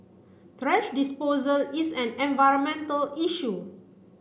thrash disposal is an environmental issue